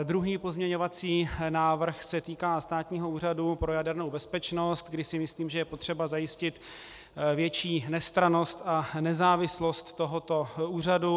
Druhý pozměňovací návrh se týká Státního úřadu pro jadernou bezpečnost, kdy si myslím, že je potřeba zajistit větší nestrannost a nezávislost tohoto úřadu.